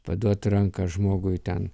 paduot ranką žmogui ten